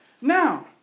Now